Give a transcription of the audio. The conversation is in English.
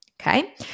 Okay